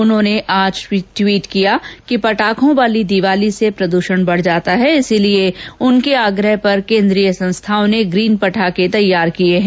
उन्होने आज ट्वीट किया कि पटाखों वाली दीवाली से प्रदूषण बढ जाता है इसीलिये उनके आग्रह पर केन्द्रीय संस्थाओं ने ग्रीन पटाखे तैयार किये हैं